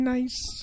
Nice